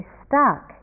stuck